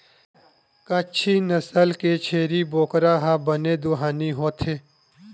कच्छी नसल के छेरी बोकरा ह बने दुहानी होथे